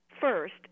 first